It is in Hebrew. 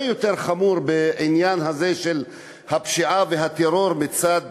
יותר חמור בעניין הזה של הפשיעה והטרור מצד